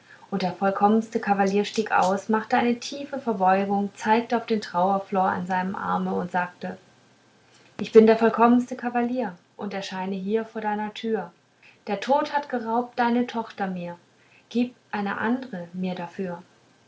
und der vollkommenste kavalier stieg aus machte eine tiefe verbeugung zeigte auf den trauerflor an seinem arme und sagte ich bin der vollkommenste kavalier und erscheine hier vor deiner tür der tod hat geraubt deine tochter mir gib eine andere mir dafür